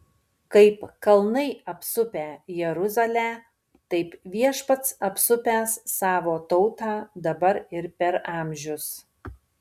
kaip kalnai apsupę jeruzalę taip viešpats apsupęs savo tautą dabar ir per amžius